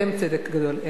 אתם צדק גדול, אין מה לדבר.